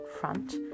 front